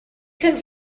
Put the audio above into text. can